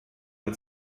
mit